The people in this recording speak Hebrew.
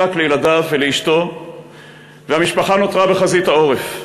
הוא נשק לילדיו ולאשתו והמשפחה נותרה בחזית העורף,